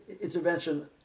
intervention